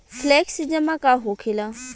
Flexi जमा का होखेला?